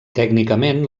tècnicament